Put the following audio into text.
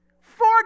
Four